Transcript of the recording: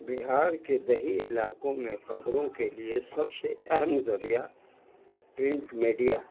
بہار کے دیہی علاقوں میں خبروں کے لیے سب سے اہم ذریعہ پرنٹ میڈیا ہے